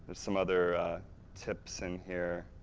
some other tips in here,